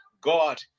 god